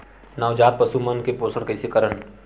नवजात पशु मन के पोषण कइसे करन?